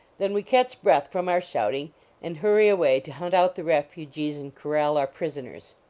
then we catch breath from our shouting and hurry away to hunt out the refugees and cor ral our prisoners.